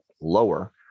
lower